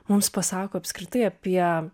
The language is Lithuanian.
mums pasako apskritai apie